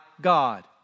God